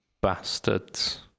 bastards